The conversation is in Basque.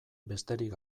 besterik